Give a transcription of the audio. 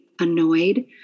annoyed